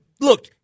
look